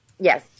Yes